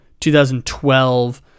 2012